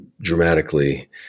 dramatically